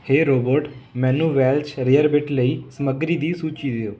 ਹੇ robot ਮੈਨੂੰ Welsh rarebit ਲਈ ਸਮੱਗਰੀ ਦੀ ਸੂਚੀ ਦਿਉ